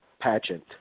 pageant